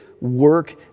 work